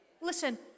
Listen